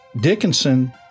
Dickinson